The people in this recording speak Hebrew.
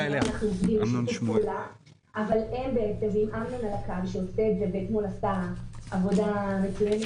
אמנון נמצא בזום שאתמול עשה עבודה מצוינת